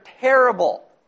terrible